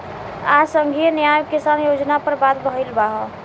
आज संघीय न्याय किसान योजना पर बात भईल ह